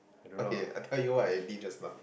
okay I tell you what I did just now